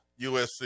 USC